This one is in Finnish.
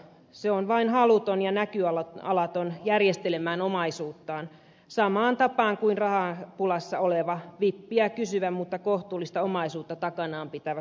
se on vain haluton ja näköalaton järjestelemään omaisuuttaan samaan tapaan kuin rahapulassa oleva vippiä kysyvä mutta kohtuullista omaisuutta takanaan pitävä sukulainen